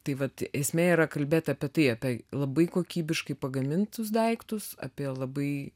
tai vat esmė yra kalbėt apie tai apie labai kokybiškai pagamintus daiktus apie labai